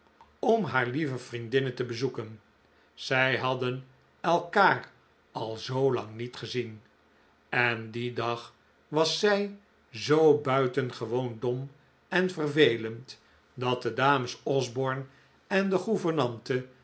om haar lieve vriendinnen te bezoeken zij hadden elkaar al zoo lang niet gezien en dien dag was zij zoo buitengewoon dom en vervelend dat de dames osborne en de